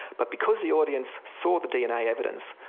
but because the audience saw the dna evidence,